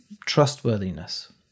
trustworthiness